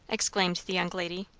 exclaimed the young lady.